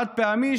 חד-פעמי,